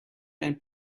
and